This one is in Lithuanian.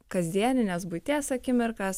kasdieninės buities akimirkas